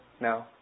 No